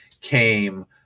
came